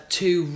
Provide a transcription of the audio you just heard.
two